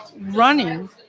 running